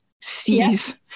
sees